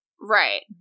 Right